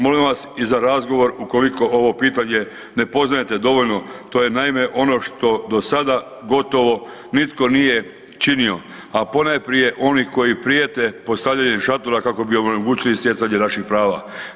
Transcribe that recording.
Molimo vas i za razgovor ukoliko ovo pitanje ne poznajete dovoljno to je naime ono što do sada gotovo nitko nije činio, a ponajprije oni koji prijete postavljanjem šatora kako bi onemogućili stjecanje naših prava.